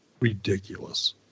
ridiculous